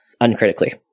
uncritically